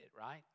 right